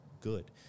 good